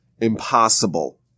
impossible